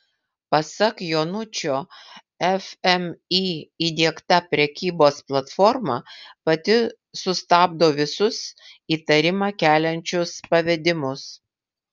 pasak jonučio fmį įdiegta prekybos platforma pati sustabdo visus įtarimą keliančius pavedimus